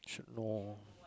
should know